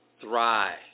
thrive